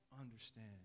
understand